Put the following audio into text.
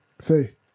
say